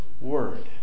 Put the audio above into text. Word